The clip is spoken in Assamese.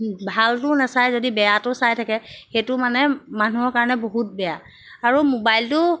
ভালটোও নাচাই যদি বেয়াটো চাই থাকে সেইটো মানে মানুহৰ কাৰণে বহুত বেয়া আৰু মোবাইলটো